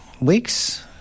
weeks